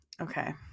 Okay